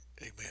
Amen